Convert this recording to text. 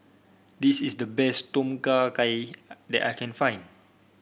this is the best Tom Kha Gai that I can find